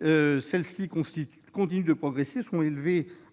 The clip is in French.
Celle-ci continue de progresser et s'est élevée